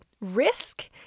risk